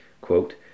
quote